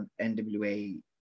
NWA